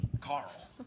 Carl